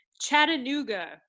chattanooga